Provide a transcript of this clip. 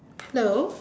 hello